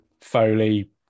Foley